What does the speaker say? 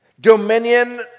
dominion